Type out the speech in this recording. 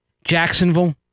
Jacksonville